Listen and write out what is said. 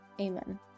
Amen